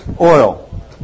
Oil